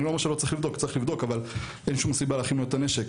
אני לא אומר שלא צריך לבדוק צריך לבדוק אבל אין סיבה להחרים את הנשק,